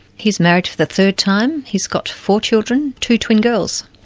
he's married for the third time, he's got four children, two twin girls.